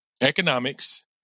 economics